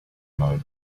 mode